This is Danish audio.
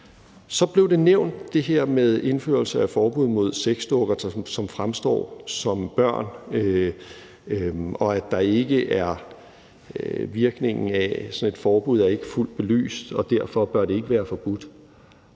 Så blev det i forbindelse med indførelsen af et forbud mod sexdukker, som fremstår som børn, nævnt, at virkningen af sådan et forbud ikke er fuldt belyst, så det derfor ikke bør være forbudt.